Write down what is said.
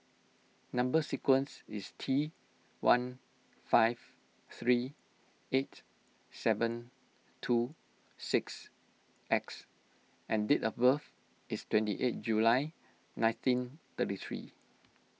Number Sequence is T one five three eight seven two six X and date of birth is twenty eight July nineteen thirty three